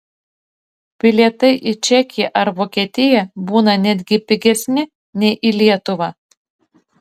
bilietai į čekiją ar vokietiją būna netgi pigesni nei į lietuvą